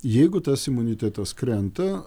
jeigu tas imunitetas krenta